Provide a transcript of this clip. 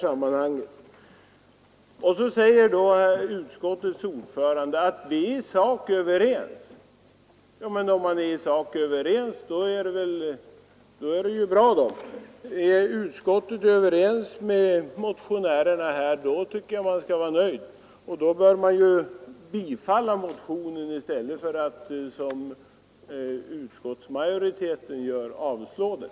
Sedan säger utskottets ordförande att vi i sak är överens. Är man i sak överens, då är det ju bra! Är utskottet överens med motionärerna tycker jag att man borde ha tillstyrkt motionen i stället för att, som utskottsmajoriteten gör, avstyrka den.